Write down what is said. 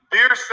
Dear